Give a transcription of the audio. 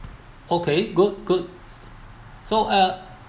okay good good so uh